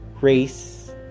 race